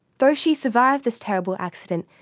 though she survived this terrible accident,